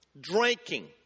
drinking